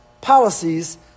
policies